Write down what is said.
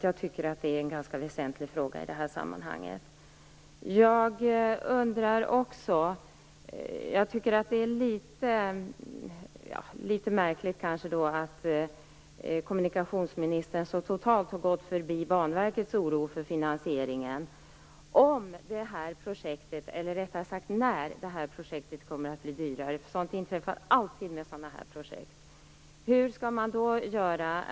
Jag tycker att det är en ganska väsentlig fråga i detta sammanhang. Jag tycker att det är litet märkligt att kommunikationsministern så totalt har gått förbi Banverkets oro för finansieringen. Hur skall man göra om, eller rättare sagt när, projektet blir dyrare än man beräknat? Sådant inträffar alltid när det gäller sådana här projekt.